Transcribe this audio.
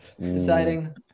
deciding